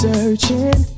Searching